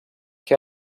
que